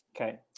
okay